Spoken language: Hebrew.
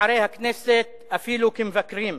בשערי הכנסת אפילו כמבקרים.